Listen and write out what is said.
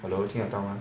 hello 听得到 mah